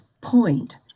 point